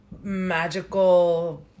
magical